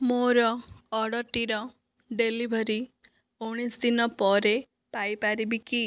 ମୋର ଅର୍ଡ଼ର୍ଟିର ଡେଲିଭରି ଉଣେଇଶ ଦିନ ପରେ ପାଇପାରିବି କି